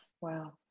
Wow